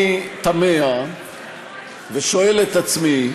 אני תמה ושואל את עצמי,